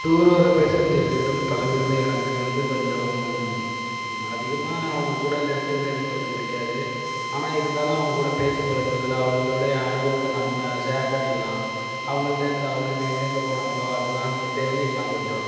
tour வர பேசஞ்சரிடம் பழகுகிறது எனக்கு வந்து கொஞ்சம் அதிகமாக அவங்கக்கூட நெருங்குகிறது எனக்கு கொஞ்சம் பிடிக்காது ஆனால் இருந்தாலும் அவங்கக்கூட பேசி பழகுறதில் அவங்களுடைய அனுபவத்தை நம்ம ஷேர் பண்ணிக்கலாம் அவங்கள்ட்டேர்ந்து அவங்க எங்கங்கே போனாங்களோ அதெல்லாம் நம்ம தெரிஞ்சுக்கலாம் கொஞ்சம்